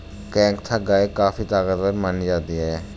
केंकथा गाय काफी ताकतवर मानी जाती है